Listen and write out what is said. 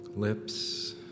Lips